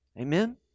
amen